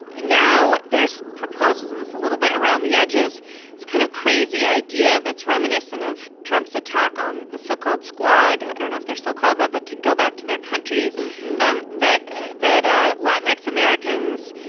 now, there's proposals was a little bit around the edges. it's kind of crazy idea that's reminiscent of trump's attack on the so-called squad. i don't know if they're still called that, but to go back to their countries um that that ah latin americans,